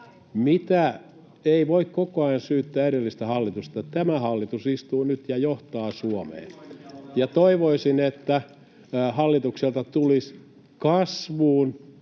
— Ei voi koko ajan syyttää edellistä hallitusta. Tämä hallitus istuu nyt ja johtaa Suomea, ja toivoisin, että hallitukselta tulisi kasvuun